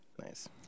Nice